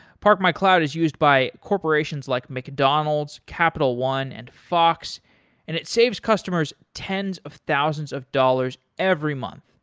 parkmycloud is used by corporations like mcdonald's, capital one and fox and it saves customers tens of thousands of dollars every month.